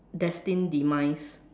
destined demise